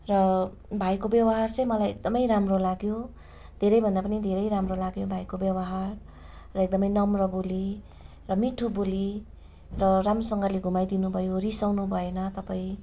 र भाइको व्यवहार चाहिँ मलाई एकदमै राम्रो लाग्यो धेरैभन्दा पनि धेरै राम्रो लाग्यो भाइको व्यवहार र एकदमै नम्र बोली र मिठो बोली र राम्रोसँगले घुमाइदिनु भयो रिसाउनु भएन तपाईँ